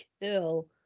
kill